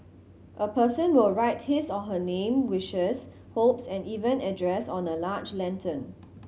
a person will write his or her name wishes hopes and even address on a large lantern